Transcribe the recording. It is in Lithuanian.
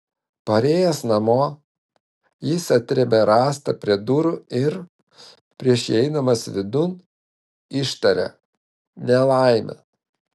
parėjęs namo jis atrėmė rąstą prie durų ir prieš įeidamas vidun ištarė nelaimė